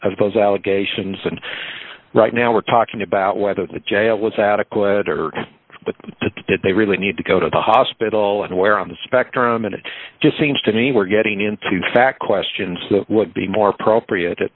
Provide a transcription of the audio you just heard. of those allegations and right now we're talking about whether the jail was adequate or but did they really need to go to the hospital anywhere on the spectrum and it just seems to me we're getting into fact questions that would be more appropriate